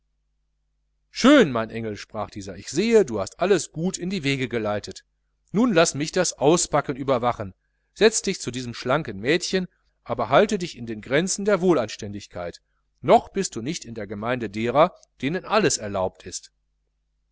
schön mein engel sprach dieser ich sehe du hast alles gut in die wege geleitet nun laß mich das auspacken überwachen setz dich zu diesem schlanken mädchen aber halte dich in den grenzen der wohlanständigkeit noch bist du nicht in der gemeinde derer denen alles erlaubt ist